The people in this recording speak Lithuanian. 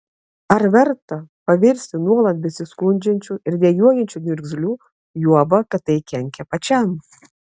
ar verta pavirsti nuolat besiskundžiančiu ir dejuojančiu niurgzliu juoba kad tai kenkia pačiam